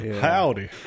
howdy